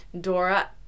Dora